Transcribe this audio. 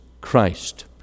Christ